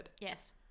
Yes